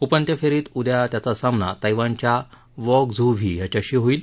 उपांत्य फेरीत उद्या त्याचा सामना तैवानच्या वॉग झू व्ही याच्याशी होईल